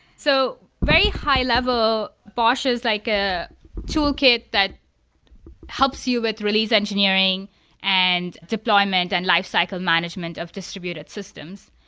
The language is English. so very high-level, bosh is like a toolkit that helps you with release engineering and deployment and lifecycle management of distributed systems.